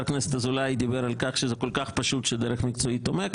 הכנסת אזולאי דיבר על כך שזה כל כך פשוט שדרג מקצועי תומך,